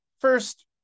first